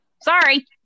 Sorry